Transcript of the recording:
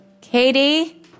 Katie